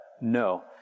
No